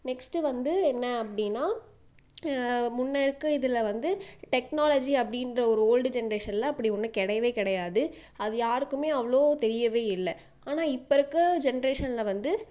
next வந்து என்ன அப்படின்னா முன்ன இருக்க இதில் வந்து டெக்னாலஜி அப்படின்ற ஒரு ஓல்டு ஜென்ரேஷனில் அப்படி ஒன்று கிடையவே கிடையாது அது யாருக்குமே அவ்வளோ தெரியவே இல்லை ஆனால் இப்போ இருக்க ஜென்ரேஷனில் வந்து